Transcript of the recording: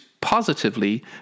positively